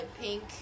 pink